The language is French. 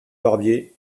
barbier